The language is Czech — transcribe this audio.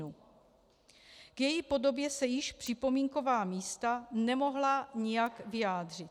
K její podobě se již připomínková místa nemohla nijak vyjádřit.